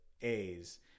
A's